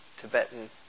Tibetan